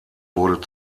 wurde